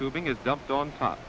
tubing is dumped on top